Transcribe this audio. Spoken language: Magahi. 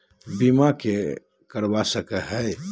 बीमा के करवा सको है?